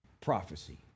prophecy